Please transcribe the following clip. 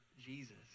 Jesus